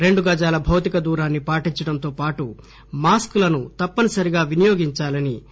రెండు గజాల భౌతిక దూరాన్ని పాటించడంతో పాటు మాస్కులను తప్పనిసరిగా వినియోగించాలని ఆయన అన్నారు